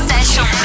Session